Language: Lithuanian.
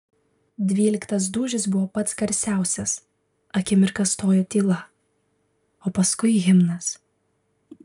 dvyliktas dūžis buvo pats garsiausias akimirką stojo tyla o paskui himnas